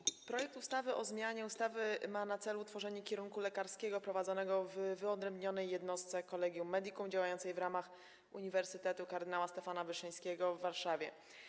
Niniejszy projekt ustawy o zmianie ustawy ma na celu utworzenie kierunku lekarskiego prowadzonego w wyodrębnionej jednostce Collegium Medicum, działającej w ramach Uniwersytetu Kardynała Stefana Wyszyńskiego w Warszawie.